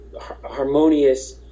harmonious